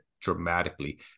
dramatically